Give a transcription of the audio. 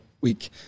week